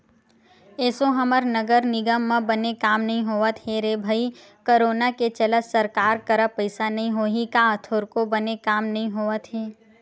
एसो हमर नगर निगम म बने काम नइ होवत हे रे भई करोनो के चलत सरकार करा पइसा नइ होही का थोरको बने काम नइ होवत हे